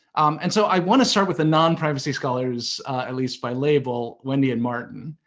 and so, i want to start with the non privacy scholars at least by label, wendy and martin.